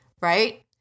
right